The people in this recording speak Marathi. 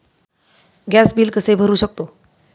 गॅस बिल कसे भरू शकतो?